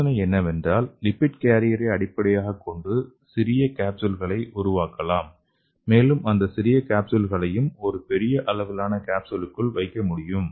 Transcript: யோசனை என்னவென்றால் லிப்பிட் கேரியரை அடிப்படையாகக் கொண்டு சிறிய காப்ஸ்யூல்களை உருவாக்கலாம் மேலும் அந்த சிறிய காப்ஸ்யூல்களை ஒரு பெரிய அளவிலான காப்ஸ்யூலுக்குள் வைக்கலாம்